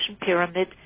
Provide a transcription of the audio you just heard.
pyramid